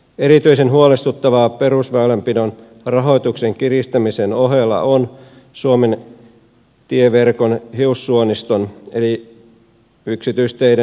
erityisen huolestuttavaa perusväylänpidon rahoituksen kiristämisen ohella on suomen tieverkon hiussuoniston eli yksityisteiden rahoitus